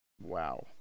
Wow